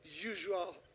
usual